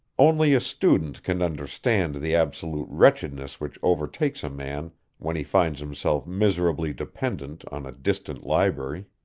only a student can understand the absolute wretchedness which overtakes a man when he finds himself miserably dependent on a distant library.